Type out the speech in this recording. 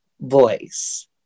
voice